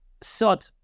sod